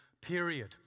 period